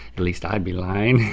at least i'd be lying.